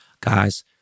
guys